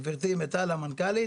גברתי מיטל המנכ"לית,